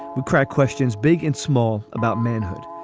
we crack questions big and small about manhood.